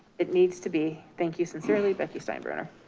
it needs to be. thank you, sincerely, becky steinbrenner.